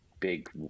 big